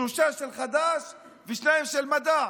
שלושה של חד"ש ושניים של מד"ע,